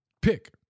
Pick